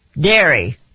Dairy